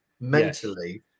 mentally